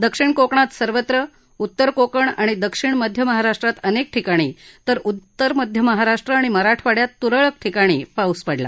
दक्षिण कोकणात सर्वत्र उत्तर कोकण आणि दक्षिण मध्य महाराष्ट्रात अनेक ठिकाणी तर उत्तर मध्य महाराष्ट्र आणि मराठवाडयात तुरळक ठिकाणी पाऊस पडला